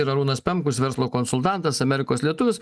ir arūnas pemkus verslo konsultantas amerikos lietuvis